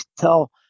tell